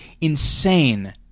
insane